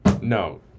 no